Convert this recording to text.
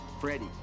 freddie